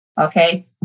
Okay